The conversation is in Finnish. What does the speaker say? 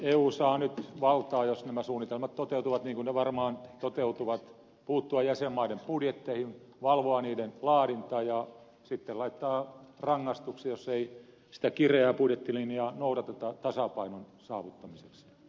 eussahan on nyt valtaa jos nämä suunnitelmat toteutuvat niin kuin ne varmaan toteutuvat puuttua jäsenmaiden budjetteihin valvoa niiden laadintaa ja sitten laittaa rangaistuksia jos ei sitä kireää budjettilinjaa noudateta tasapainon saavuttamiseksi